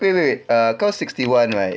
wait wait ah kau sixty one right